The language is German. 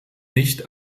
nicht